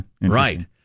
right